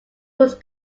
was